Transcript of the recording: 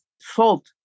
salt